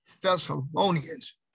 Thessalonians